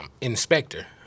inspector